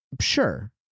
Sure